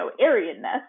Aryan-ness